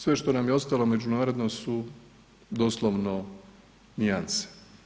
Sve što nam je ostalo međunarodno su doslovno nijanse.